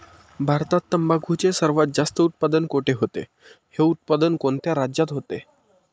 भारतात तंबाखूचे सर्वात जास्त उत्पादन कोठे होते? हे उत्पादन कोणत्या राज्यात होते?